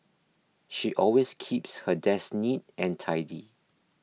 she always keeps her desk neat and tidy